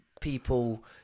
people